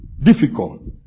difficult